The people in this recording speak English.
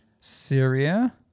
Syria